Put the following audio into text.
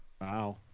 Wow